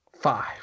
five